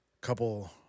couple